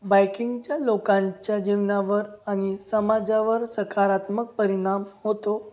बायकिंगच्या लोकांच्या जीवनावर आणि समाजावर सकारात्मक परिणाम होतो